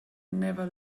never